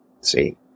See